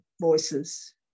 voices